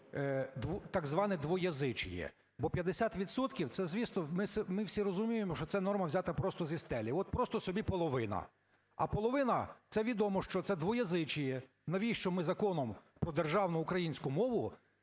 так зване двуязычие, бо 50 відсотків - це, звісно, ми всі розуміємо, що це норма взята просто зі стелі, от просто собі половина. А половина - це відомо, що це двуязычие. Навіщо ми Законом про державну українську мову